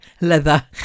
leather